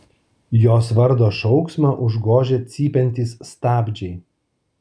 jos vardo šauksmą užgožia cypiantys stabdžiai